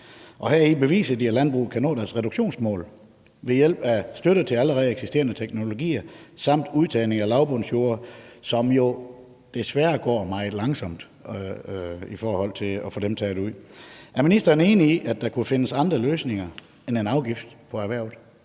Heri beviser de, at landbruget kan nå deres reduktionsmål ved hjælp af støtte til allerede eksisterende teknologier samt udtagning af lavbundsjorder. Det går jo desværre meget langsomt i forhold til at få dem taget ud. Er ministeren enig i, at der kunne findes andre løsninger end en afgift på erhvervet?